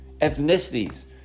ethnicities